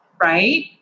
right